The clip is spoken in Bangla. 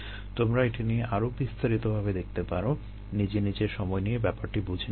তোমরা এটি নিয়ে আরো বিস্তারিতভাবে দেখতে পারো নিজে নিজে সময় নিয়ে ব্যাপারটি বুঝে নিতে পারো